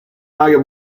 mario